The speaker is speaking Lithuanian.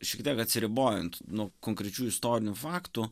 šiek tiek atsiribojant nuo konkrečių istorinių faktų